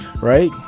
right